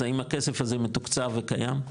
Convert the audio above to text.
אז האם הכסף הזה מתוקצב וקיים?